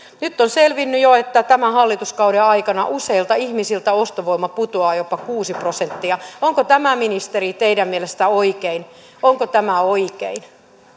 nyt on selvinnyt jo että tämän hallituskauden aikana useilta ihmisiltä ostovoima putoaa jopa kuusi prosenttia onko tämä ministeri teidän mielestänne oikein onko tämä oikein